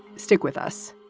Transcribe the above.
stick with us